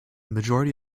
majority